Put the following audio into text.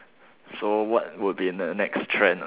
so what would be the next trend ah